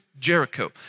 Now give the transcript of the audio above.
Jericho